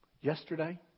yesterday